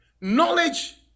knowledge